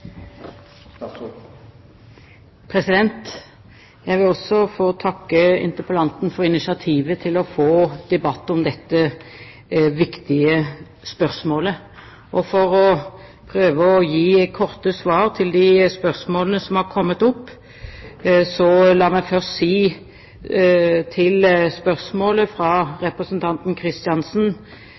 Jeg vil også få takke interpellanten for initiativet til å få debatt om dette viktige spørsmålet. Jeg skal prøve å gi korte svar på spørsmålene som er kommet opp. La meg først si til representanten Kristiansen fra